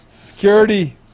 Security